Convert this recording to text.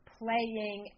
playing